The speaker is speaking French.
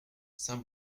saint